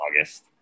August